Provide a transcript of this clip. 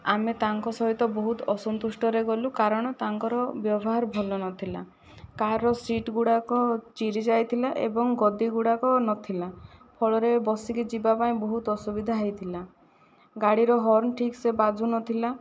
ଆମେ ତାଙ୍କ ସହିତ ବହୁତ ଅସନ୍ତୁଷ୍ଟରେ ଗଲୁ କାରଣ ତାଙ୍କର ବ୍ୟବହାର ଭଲ ନଥିଲା କାରର ସିଟ ଗୁଡ଼ାକ ଚିରି ଯାଇଥିଲା ଏବଂ ଗଦି ଗୁଡ଼ାକ ନଥିଲା ଫଳରେ ବସିକି ଯିବା ପାଇଁ ବହୁତ ଅସୁବିଧା ହେଇଥିଲା ଗାଡ଼ିର ହର୍ଣ୍ଣ ଠିକ ସେ ବାଜୁ ନଥିଲା